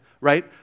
right